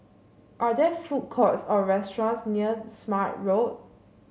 are there food courts or restaurants near Smart Road